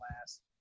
last